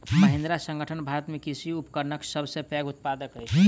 महिंद्रा संगठन भारत में कृषि उपकरणक सब सॅ पैघ उत्पादक अछि